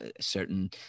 certain